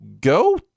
go